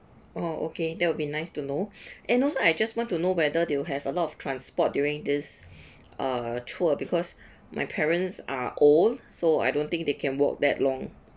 oh okay that would be nice to know and also I just want to know whether they have a lot of transport during this uh tour because my parents are old so I don't think they can walk that long